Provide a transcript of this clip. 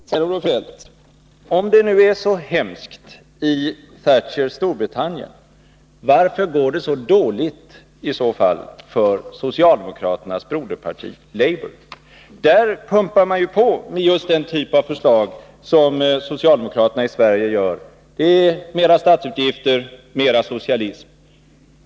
Herr talman! Om det nu är så hemskt i Thatchers Storbritannien, Kjell-Olof Feldt, varför går det i så fall så dåligt för socialdemokraternas broderparti labour? Där pumpar man ju på med just den typ av förslag som socialdemokraterna i Sverige för fram, nämligen mera statsutgifter och mera socialism.